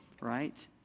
right